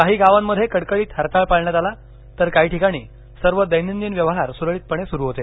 काही गावांमध्ये कडकडीत हरताळ पाळण्यात आला तर काही ठिकाणी सर्व दैनंदिन व्यवहार सुरळितपणे सुरू होते